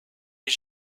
est